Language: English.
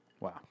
Wow